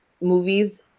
movies